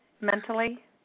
mentally